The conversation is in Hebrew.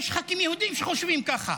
יש ח"כים יהודים שחושבים ככה,